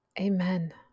Amen